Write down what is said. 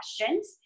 questions